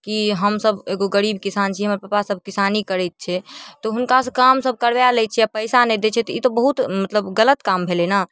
कि एगो गरीब किसान छी हमर पपा सब किसानी करै छै तऽ हुनकासँ काम सब करवा लै छै आओर पैसा नहि दै छै तऽ ई तऽ बहुत गलत काम भेलै ने